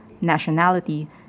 nationality